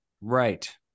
Right